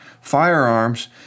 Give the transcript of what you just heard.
firearms